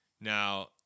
Now